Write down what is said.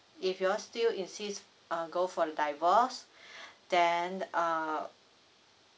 if you all still insist uh go for the divorce then uh